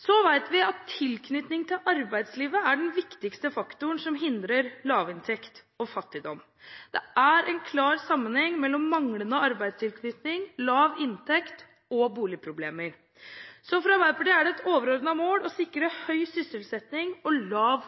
Så vet vi at tilknytning til arbeidslivet er den viktigste faktoren som hindrer lavinntekt og fattigdom. Det er en klar sammenheng mellom manglende arbeidstilknytning, lav inntekt og boligproblemer, så for Arbeiderpartiet er det et overordnet mål å sikre høy sysselsetting og